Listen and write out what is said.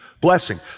blessing